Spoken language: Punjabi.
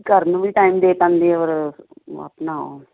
ਘਰ ਨੂੰ ਵੀ ਟਾਈਮ ਦੇ ਪਾਉਂਦੇ ਔਰ ਆਪਣਾ